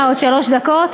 מה, עוד שלוש דקות?